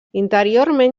interiorment